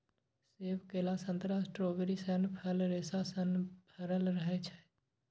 सेब, केला, संतरा, स्ट्रॉबेरी सन फल रेशा सं भरल रहै छै